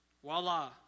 Voila